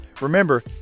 Remember